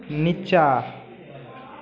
नीचाँ